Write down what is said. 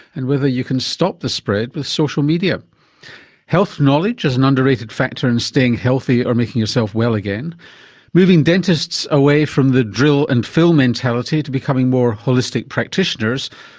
and whether you can stop the spread with social media health knowledge as an under-rated factor in staying healthy or making yourself well again moving dentists away from the drill-and-fill mentality to becoming more holistic practitioners,